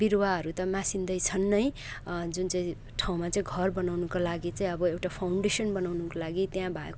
बिरुवाहरू त मासिँदैछन् नै जुन चाहिँ ठाउँमा चाहिँ घर बनाउनुको लागि चाहिँ अब एउटा फाउन्डेसन बनाउनुको लागि त्यहाँ भएको